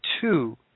two